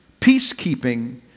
Peacekeeping